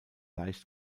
leicht